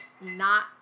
not-